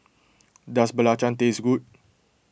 does Belacan taste good